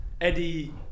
Eddie